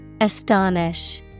Astonish